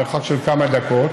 מרחק של כמה דקות,